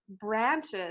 branches